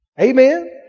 Amen